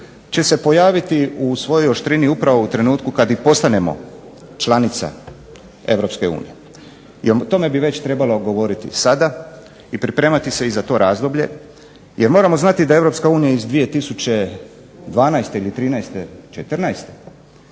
će se pojaviti u svojoj oštrini upravo u trenutku kad i postanemo članica Europske unije. O tome bi već trebalo govoriti sada i pripremati se i za to razdoblje. Jer moramo znati da Europska unija iz 2012. ili '13., '14.